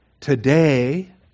Today